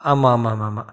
ஆமாம் ஆமாம் ஆமாம் ஆமாம்